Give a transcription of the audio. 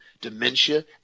dementia